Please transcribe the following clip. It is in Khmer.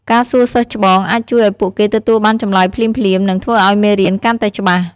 ការសួរសិស្សច្បងអាចជួយឲ្យពួកគេទទួលបានចម្លើយភ្លាមៗ និងធ្វើឲ្យមេរៀនកាន់តែច្បាស់។